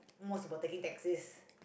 most about taking taxis